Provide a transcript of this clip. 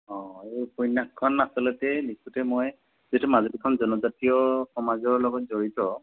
অঁ এই উপন্যাসখন আচলতে নিশ্চয়তে মই যিহেতু মাজুলীখন জনজাতীয় সমাজৰ লগত জড়িত